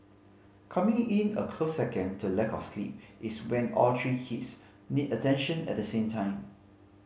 coming in a close second to lack of sleep is when all three kids need attention at the same time